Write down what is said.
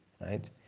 right